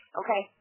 okay